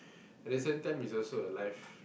at the same time is also a life